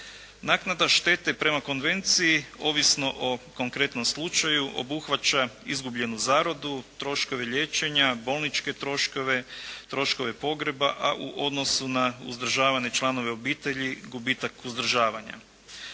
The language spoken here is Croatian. Naknada štete prema konvenciji ovisno o konkretnom slučaju obuhvaća izgubljenu zaradu, troškove liječenja, bolničke troškove, troškove pogreba, a u odnosu na uzdržavane članove obitelji gubitak uzdržavanja.